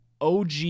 OG